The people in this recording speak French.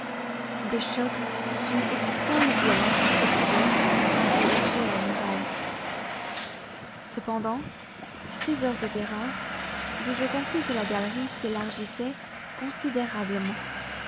des chocs d'une extrême violence se produisaient quand il heurtait la muraille cependant ces heurts étaient rares d'où je conclus que la galerie s'élargissait considérablement